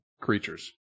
creatures